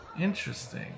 Interesting